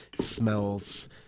smells